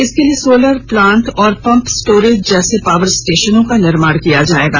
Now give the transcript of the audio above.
इसके लिए solar plant और पंप स्टोरेज जैसे पावर स्टेशनों का निर्माण किया जाएगा